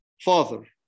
father